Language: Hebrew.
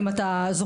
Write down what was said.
אם אתה זוכר,